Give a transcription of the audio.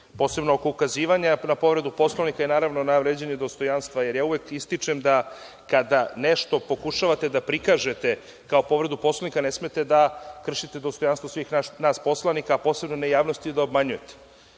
Posebno oko ukazivanja na povredu Poslovnika i naravno na vređanje dostojanstva, jer ja uvek ističem da kada nešto pokušavate da prikažete kao povredu Poslovnika, ne smete da kršite dostojanstvo svih nas poslanika, a posebno ne javnosti i da obmanjujete. Ovo